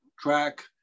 track